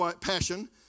passion